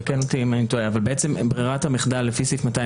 תקן אותת אם אני טועה ברירת המחדל לפי סעיף